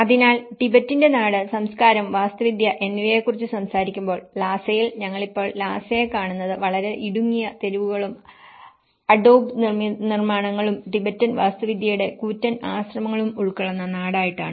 അതിനാൽ ടിബറ്റിന്റെ നാട് സംസ്കാരം വാസ്തുവിദ്യ എന്നിവയെക്കുറിച്ച് സംസാരിക്കുമ്പോൾ ലാസയിൽ ഞങ്ങൾ ഇപ്പോൾ ലാസയെ കാണുന്നത് വളരെ ഇടുങ്ങിയ തെരുവുകളും അഡോബ് നിർമ്മാണങ്ങളും ടിബറ്റൻ വാസ്തുവിദ്യയുടെ കൂറ്റൻ ആശ്രമങ്ങളും ഉൾകൊള്ളുന്ന നാടായിട്ടാണ്